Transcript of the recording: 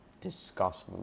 discuss